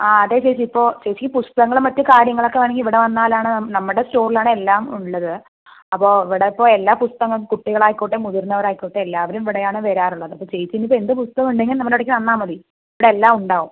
ആ അതെ ചേച്ചി ഇപ്പോൾ ചേച്ചിക്ക് പുസ്തകങ്ങളും മറ്റ് കാര്യങ്ങളൊക്കെ വേണമെങ്കിൽ ഇവിടെ വന്നാലാണ് നമ്മുടെ സ്റ്റോറിലാണ് എല്ലാം ഉള്ളത് അപ്പോൾ ഇവിടപ്പോൾ എല്ലാ പുസ്തകം കുട്ടികളായിക്കോട്ടെ മുതിർന്നവരായിക്കോട്ടെ എല്ലാവരും ഇവിടെയാണ് വരാറുള്ളത് അപ്പോൾ ചേച്ചി ഇനി എന്ത് പുസ്തകമുണ്ടെങ്കിലും നമ്മുടെ ഇവിടേക്ക് വന്നാൽ മതി ഇവിടെയെല്ലാം ഉണ്ടാവും